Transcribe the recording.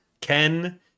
ken